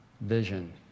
vision